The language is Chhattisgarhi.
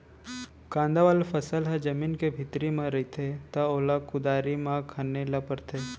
कांदा वाला फसल ह जमीन के भीतरी म रहिथे त ओला कुदारी म खने ल परथे